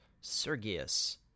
Sergius